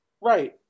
right